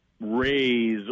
raise